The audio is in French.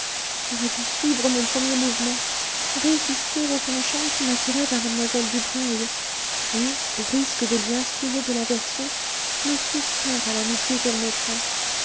j'aurais dû suivre mon premier mouvement résister au penchant qui m'attirait vers mlle dubreuil et au risque de lui inspirer de l'aversion me soustraire à l'amitié qu'elle m'offrait